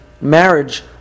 marriage